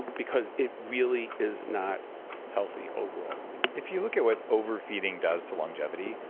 because it really is not healthy overall and if you look at what overfeeding does to longevity,